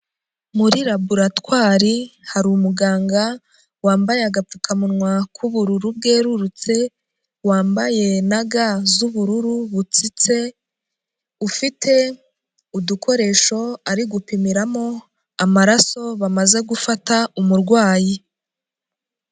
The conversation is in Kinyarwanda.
Muri laboratwari hari umuganga wambaye agapfukamunwa k'ubururu bwerurutse, wambaye na ga z'ubururu butsitse, ufite udukoresho ari gupimiramo amaraso bamaze gufata umurwayi.